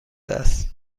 هستند